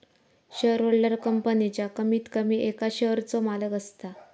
shareholder कंपनीच्या कमीत कमी एका शेयरचो मालक असता